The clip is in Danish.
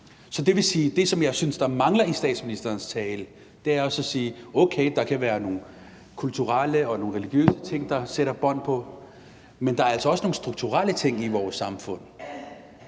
Så det vil sige, at det, som jeg synes der mangler i statsministerens tale, også er at sige: Okay, der kan være nogle kulturelle og nogle religiøse ting, der lægger bånd på det, men der er altså også tale om nogle strukturelle ting i vores samfund.